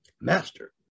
Master